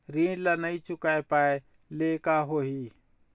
ऋण ला नई चुका पाय ले का होही?